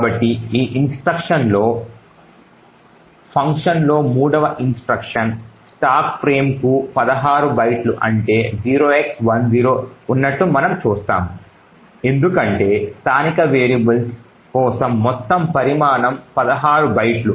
కాబట్టి ఈ ఇన్స్ట్రక్షన్లో functionలో 3వ ఇన్స్ట్రక్షన్ స్టాక్ ఫ్రేమ్కు 16 బైట్లు అంటే 0x10 ఉన్నట్లు మనం చూస్తాము ఎందుకంటే స్థానిక వేరియబుల్స్ కోసం మొత్తం పరిమాణం 16 బైట్లు